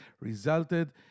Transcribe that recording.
resulted